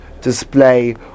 display